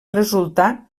resultar